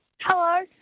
Hello